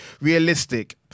realistic